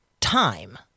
time